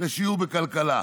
לשיעור בכלכלה.